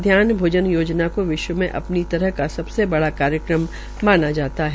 अध्यापन भोजन योजना को विश्व में अपनी तरीका सबसे बड़ा कार्यक्रम माना जाता है